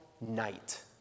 night